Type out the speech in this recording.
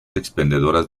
expendedoras